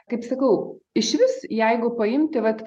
kaip sakau išvis jeigu paimti vat